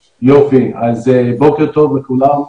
בוקר טוב לכולם.